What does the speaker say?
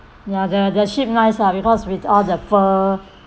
ya the the sheep nice lah because with all the fur